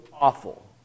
awful